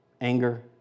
anger